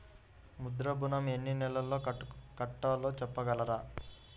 ముద్ర ఋణం ఎన్ని నెలల్లో కట్టలో చెప్పగలరా?